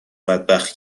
بدبخت